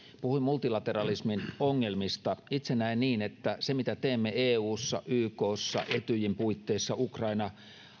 puhuin multilateralismin ongelmista itse näen niin että se mitä teemme eussa ykssa etyjin puitteissa ukraina